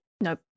nope